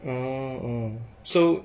oh so